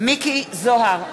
מכלוף מיקי זוהר,